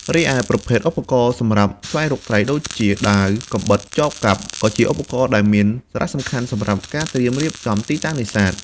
រីឯប្រភេទឧបករណ៍សម្រាប់ស្វែងរកត្រី ដូចជាដាវ កាំបិត ចបកាប់ ក៏ជាឧបករណ៍ដែលមានសារៈសំខាន់សម្រាប់ការត្រៀមរៀបចំទីតាំងនេសាទ។